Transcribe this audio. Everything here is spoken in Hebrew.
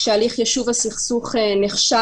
שכאשר הליך יישוב הסכסוך נכשל,